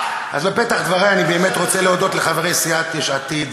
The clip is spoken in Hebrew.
בפתח דברי אני באמת רוצה להודות לחברי סיעת יש עתיד